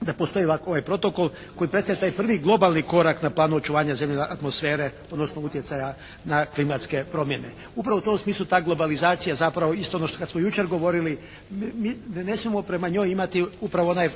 da postoji ovakav Protokol koji predstavlja taj prvi globalni korak na planu očuvanja zemljine atmosfere, odnosno utjecaja na klimatske promjene. Upravo u tom smislu ta globalizacija zapravo isto ono što kad smo jučer govorili ne smijemo prema njoj imati upravo onaj